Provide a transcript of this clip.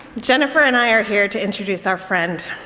jennifer and i are here to introduce our friend,